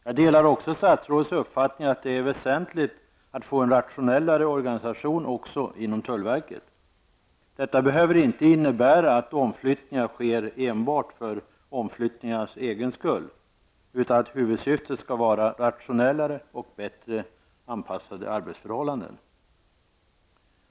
Jag delar också statsrådets uppfattning att det är väsentligt att få en rationellare organisation även inom tullverket. Detta behöver inte innebära att omflyttningar sker enbart för omflyttningarnas egen skull, utan att huvudsyftet skall vara rationellare och bättre anpassade arbetsförhållanden.